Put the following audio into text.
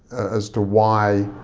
as to why